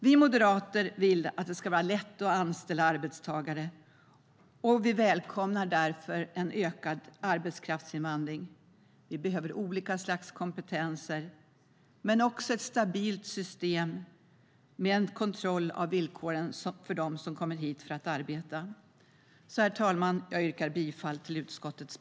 Vi moderater vill att det ska vara lätt att anställa arbetstagare och välkomnar därför en ökad arbetskraftsinvandring. Vi behöver olika slags kompetenser men också ett stabilt system med kontroll av villkoren för dem som kommer hit för att arbeta. Herr talman! Jag yrkar bifall till utskottets förslag.